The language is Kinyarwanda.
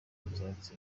bitarenze